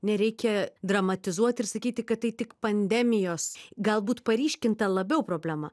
nereikia dramatizuot ir sakyti kad tai tik pandemijos galbūt paryškinta labiau problema